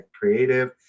creative